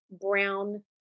brown